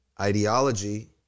ideology